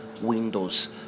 windows